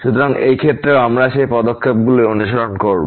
সুতরাং এই ক্ষেত্রেও আমরা সেই পদক্ষেপগুলি অনুসরণ করব